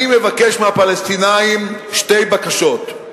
אני מבקש מהפלסטינים שתי בקשות,